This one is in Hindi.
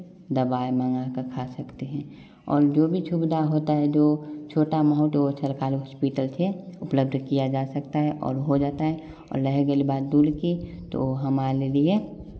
दवा मंगा कर खा सकते हैं और जो भी सुविधा होता है जो छोटा मोटा सरकारी हॉस्पिटल से उपलब्ध किया जा सकता है और हो जाता है और रह गई बात दूर की तो हमारे लिए